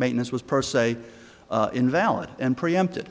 maintenance was per se invalid and preempted